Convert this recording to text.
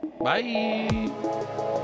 Bye